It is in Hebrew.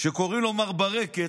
שקוראים לו מר ברקת,